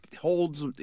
holds